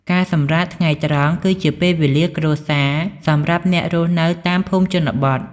ការសម្រាកថ្ងៃត្រង់គឺជាពេលវេលាគ្រួសារសម្រាប់អ្នករស់នៅតាមភូមិជនបទ។